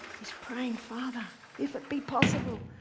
he's praying, father, if it be possible,